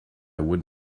would